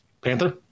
Panther